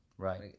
Right